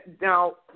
now